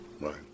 Right